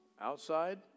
outside